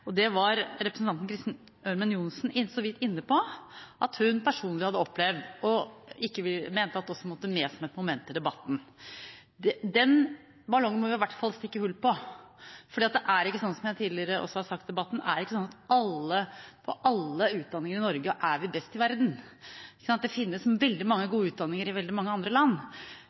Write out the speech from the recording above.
Det var representanten Kristin Ørmen Johnsen så vidt inne på, at hun personlig hadde opplevd det, og mente at det også måtte med som et moment i debatten. Den ballongen må vi i hvert fall stikke hull på, for det er ikke sånn – som jeg har sagt tidligere i debatten – at på alle utdanninger i Norge er vi best i verden. Det finnes veldig mange gode utdanninger i veldig mange andre land.